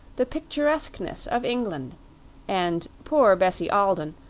the picturesqueness, of england and poor bessie alden,